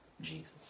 Jesus